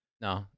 No